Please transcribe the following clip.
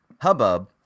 hubbub